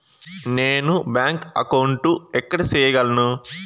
నేను bank account ఎక్కడ సేయగలను